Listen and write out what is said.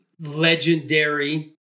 legendary